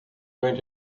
going